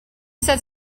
says